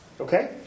Okay